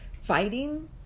fighting